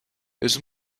has